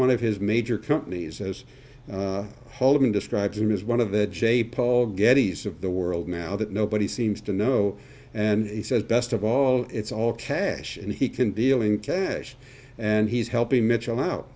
one of his major companies as holding described him as one of the j paul getty s of the world now that nobody seems to know and he says best of all it's all cash and he can deal in cash and he's helping mitchell out